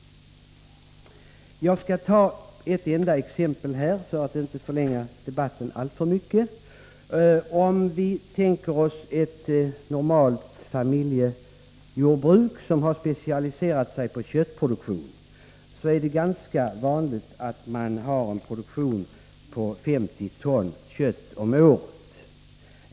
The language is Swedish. Jag skall anföra att enda exempel här för att inte förlänga debatten alltför mycket. I ett normalt familjejordbruk, som specialiserat sig på köttproduktion, är det ganska vanligt med en produktion på 50 ton kött om året.